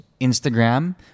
Instagram